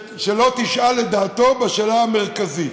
שלא תשאל את דעתו בשאלה המרכזית.